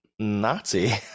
Nazi